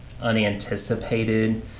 unanticipated